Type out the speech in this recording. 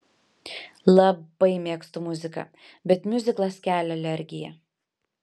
labai mėgstu muziką bet miuziklas kelia alergiją